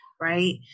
right